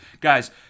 Guys